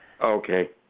Okay